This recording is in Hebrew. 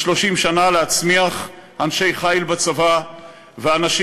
ב-30 שנה להצמיח אנשי חיל בצבא ואנשים